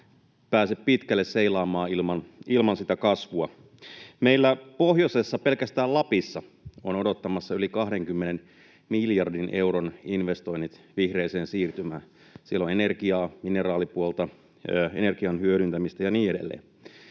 pääse pitkälle seilaamaan ilman sitä kasvua. Meillä pohjoisessa pelkästään Lapissa on odottamassa yli 20 miljardin euron investoinnit vihreään siirtymään. Siellä on energiaa, mineraalipuolta, energian hyödyntämistä ja niin edelleen.